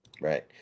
Right